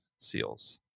seals